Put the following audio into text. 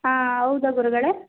ಹಾಂ ಹೌದಾ ಗುರುಗಳೇ